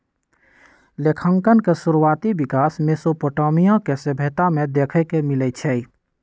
लेखांकन के शुरुआति विकास मेसोपोटामिया के सभ्यता में देखे के मिलइ छइ